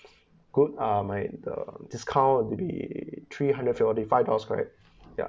good uh my um discount will be three hundred and forty five dollars correct ya